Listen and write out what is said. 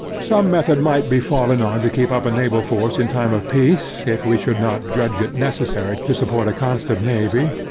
some method might be fallen on to keep up a naval force in time of peace, if we should not judge it necessary to support a constant navy.